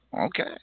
Okay